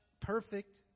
perfect